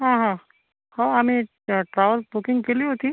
हां हां हो आम्ही ट्रॅव्हल्स बुकिंग केली होती